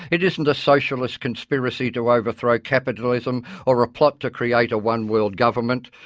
it isn't a socialist conspiracy to overthrow capitalism or a plot to create a one world government.